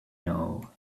know